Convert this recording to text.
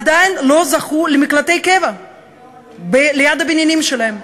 עדיין לא זכו למקלטי קבע ליד הבניינים שלהם.